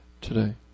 today